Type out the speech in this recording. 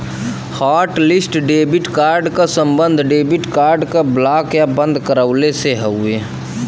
hotlist debit card क सम्बन्ध debit card क ब्लॉक या बंद करवइले से हउवे